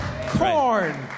Corn